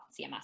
CMS